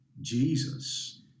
Jesus